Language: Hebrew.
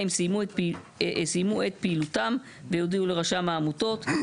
אם סיימו את פעילותם ויודיעו לראשי העמותות.".